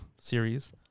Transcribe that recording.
series